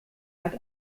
hat